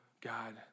God